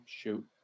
shoot